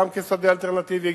גם כשדה אלטרנטיבי,